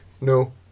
no